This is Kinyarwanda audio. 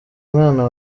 mwana